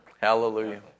Hallelujah